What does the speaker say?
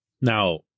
Now